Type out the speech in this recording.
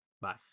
Bye